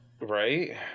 Right